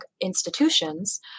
institutions